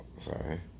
sorry